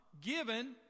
given